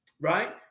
right